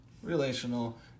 relational